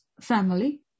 family